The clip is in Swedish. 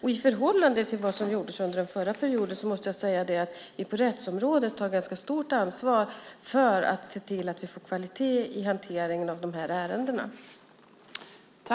I förhållande till vad som gjordes under den förra perioden måste jag säga att vi på rättsområdet tar ganska stort ansvar för att se till att få kvalitet i hanteringen av de här ärendena.